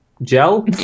gel